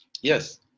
Yes